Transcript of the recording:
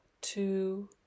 Two